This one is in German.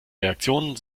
reaktionen